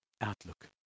outlook